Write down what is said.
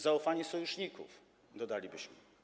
Zaufanie sojuszników, dodalibyśmy.